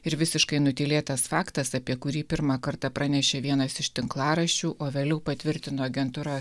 ir visiškai nutylėtas faktas apie kurį pirmą kartą pranešė vienas iš tinklaraščių o vėliau patvirtino agentūra